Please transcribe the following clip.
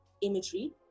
imagery